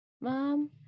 mom